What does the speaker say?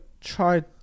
try